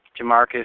Jamarcus